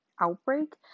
outbreak